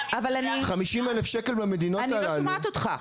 50 אלף שקל במדינות הללו -- אני לא שומעת אותך,